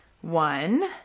one